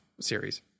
series